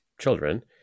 children